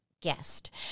Guest